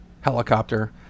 helicopter